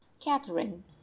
catherine